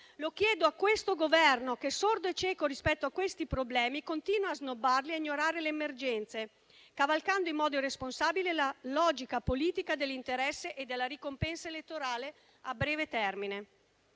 Lo chiedo a questo Governo che, sordo e cieco rispetto a tali problemi, continua a snobbarli e ignorare le emergenze, cavalcando in modo irresponsabile la logica politica dell'interesse e della ricompensa elettorale a breve termine.